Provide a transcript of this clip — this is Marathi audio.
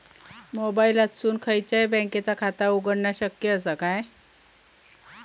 मोबाईलातसून खयच्याई बँकेचा खाता उघडणा शक्य असा काय?